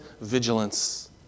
vigilance